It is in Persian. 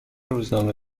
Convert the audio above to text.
روزنامه